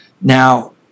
Now